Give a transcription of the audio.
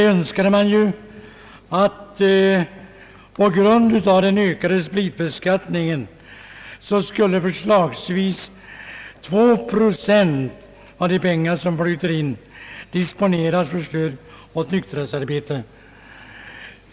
Motionärerna önskar att på grund av den höjda spritbeskattningen förslagsvis 2 procent av de pengar som flyter in skulle disponeras för stöd åt nykterhetsarbete.